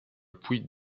puits